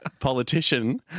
politician